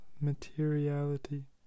materiality